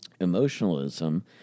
emotionalism